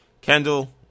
Kendall